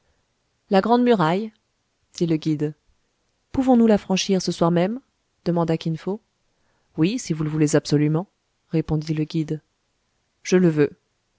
la grande muraille dit le guide pouvons-nous la franchir ce soir même demanda kin fo oui si vous le voulez absolument répondit le guide je le veux